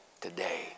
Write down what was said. today